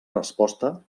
resposta